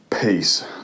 Peace